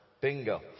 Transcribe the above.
Bingo